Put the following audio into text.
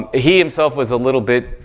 ah he, himself, was a little bit